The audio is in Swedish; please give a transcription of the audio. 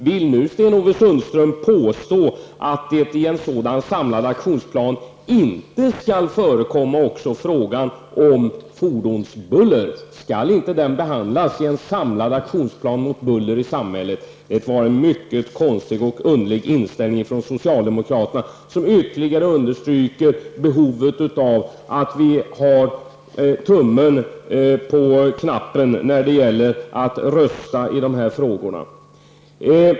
Vill Sten-Ove Sundström nu påstå att fordonsbuller inte skall tas upp i en sådan samlad aktionsplan? Skall inte den frågan behandlas i en samlad auktionsplan mot buller i samhället? Det var en mycket konstig och underlig inställning från socialdemokraterna som ytterligare understryker behovet av att vi har tummen på knappen när det gäller att rösta i dessa frågor.